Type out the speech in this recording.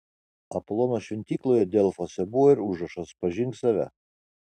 apolono šventykloje delfuose buvo ir užrašas pažink save